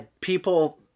people